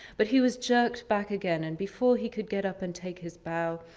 but he was jerked back again and before he could get up and take his bow,